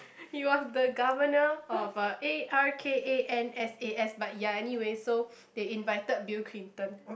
he was the governor of uh A R K A N S A S but ya anyway so they invited Bill-Clinton